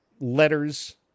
letters